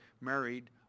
married